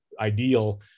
ideal